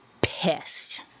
pissed